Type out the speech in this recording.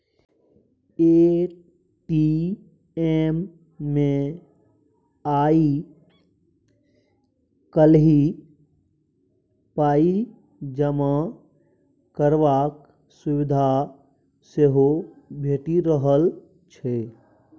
ATM मे आइ काल्हि पाइ जमा करबाक सुविधा सेहो भेटि रहल छै